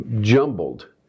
jumbled